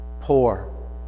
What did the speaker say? poor